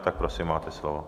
Tak prosím, máte slovo.